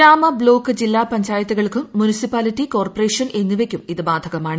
ഗ്രാമ ബ്ലോക്ക് ജില്ലാ പഞ്ചായത്തുകൾക്കും മുനിസിപ്പാലിറ്റി കോർപ്പറേഷൻ എന്നിവയ്ക്കും ഇത് ബാധകമാണ്